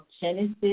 Genesis